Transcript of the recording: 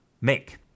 make